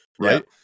right